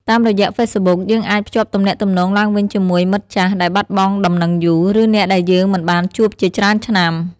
តាមរយៈហ្វេសប៊ុក យើងអាចភ្ជាប់ទំនាក់ទំនងឡើងវិញជាមួយមិត្តចាស់ដែលបាត់បង់ដំណឹងយូរ ឬអ្នកដែលយើងមិនបានជួបជាច្រើនឆ្នាំ។